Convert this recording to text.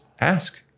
ask